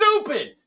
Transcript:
stupid